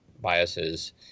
biases